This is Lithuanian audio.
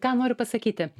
ką noriu pasakyti